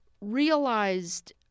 realized